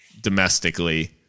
domestically